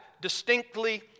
distinctly